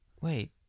Wait